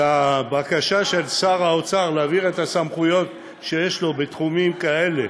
לבקשה של שר האוצר להעביר את הסמכויות שיש לו בתחומים כאלה